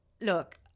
look